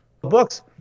books